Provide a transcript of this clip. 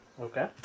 Okay